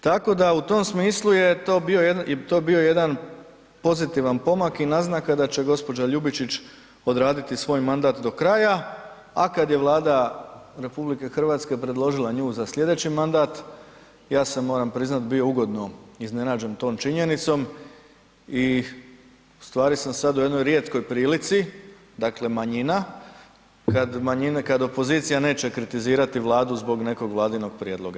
Tako da u tom smislu je to bio jedan pozitivan pomak i naznaka da će gđa. Ljubičić odraditi svoj mandat do kraja a kada je Vlada RH predložila nju za sljedeći mandat ja sam moram priznati bio ugodno iznenađen tom činjenicom i ustvari sam sad u jednoj rijetkoj prilici dakle manjina, kad opozicija neće kritizirati Vladu zbog nekog Vladinog prijedloga.